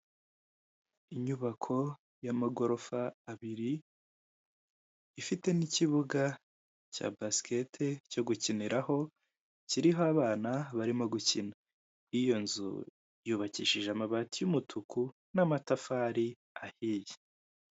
Inyubako y'amagorofa abiri, ifite n'ikibuga cya basikete, cyo gukiniraho kiriho abana barimo gukina iyo nzu yubakishije amabati y'umutuku n'amatafari ahiye.